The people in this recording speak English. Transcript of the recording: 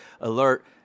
alert